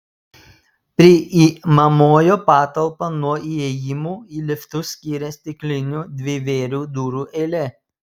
priimamojo patalpą nuo įėjimų į liftus skyrė stiklinių dvivėrių durų eilė